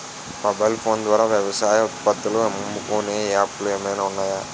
Mobile phone ద్వారా వ్యవసాయ ఉత్పత్తులు అమ్ముకునే యాప్ లు ఏమైనా ఉన్నాయా?